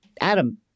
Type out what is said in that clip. Adam